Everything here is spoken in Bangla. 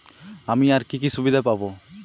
আমি আর কি কি সুবিধা পাব?